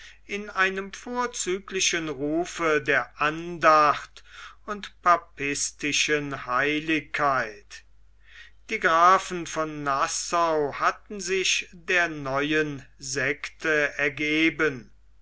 in einem vorzüglichen rufe der andacht und papistischen heiligkeit die grafen von nassau hatten sich der neuen sekte gegeben